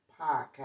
podcast